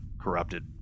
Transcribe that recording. corrupted